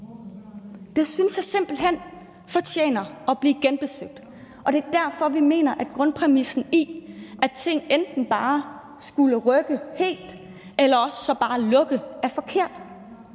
Det synes jeg simpelt hen fortjener at blive genbesøgt, og det er derfor, vi mener, at grundpræmissen, altså at ting enten bare skal rykke helt eller også bare lukke, er forkert.